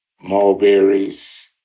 mulberries